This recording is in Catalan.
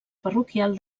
parroquial